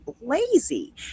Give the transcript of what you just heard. lazy